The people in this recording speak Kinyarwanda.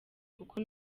kuko